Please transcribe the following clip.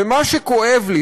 ומה שכואב לי,